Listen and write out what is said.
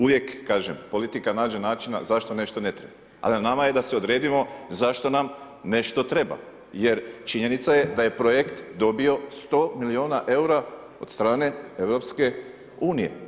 Uvijek kažem, politika nađe načina zašto nešto ne treba, ali na nama je da se odredimo zašto nam nešto treba jer činjenica je da je projekt dobio 100 milijuna eura od strane Europske unije.